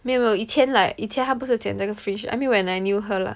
没有没有以前 like 以前她不是有剪这个 fringe I mean when I knew her lah